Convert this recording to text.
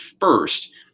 first